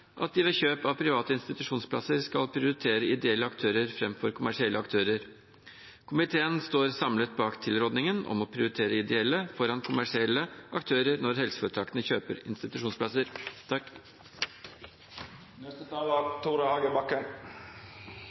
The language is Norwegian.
at de ved kjøp av private institusjonsplasser skal prioritere ideelle aktører framfor kommersielle aktører. Komiteen står samlet bak tilrådingen om å prioritere ideelle foran kommersielle aktører når helseforetakene kjøper institusjonsplasser.